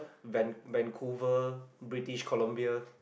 van~ Vancouver British Columbia